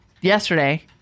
Yesterday